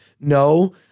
No